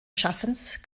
schaffens